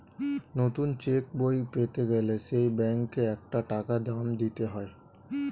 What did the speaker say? নতুন চেক বই পেতে গেলে সেই ব্যাংকে একটা টাকা দাম দিতে হয়